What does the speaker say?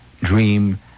dream